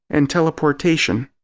and teleportation?